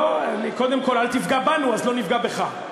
לא, קודם כול אל תפגע בנו, אז לא נפגע בך.